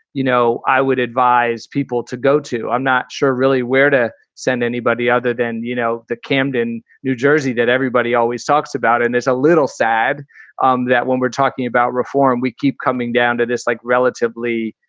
you know, i would advise people to go to. i'm not sure really where to send anybody other than, you know, the camden, new jersey, that everybody always talks about. and it's a little sad um that when we're talking about reform, we keep coming down to this like relatively,